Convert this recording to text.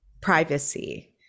privacy